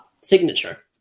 signature